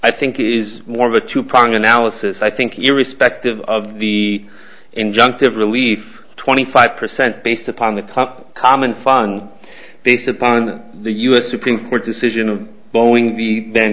i think is more of a two prong analysis i think irrespective of the injunctive relief twenty five percent based upon the top common fund based upon the u s supreme court decision of boeing the then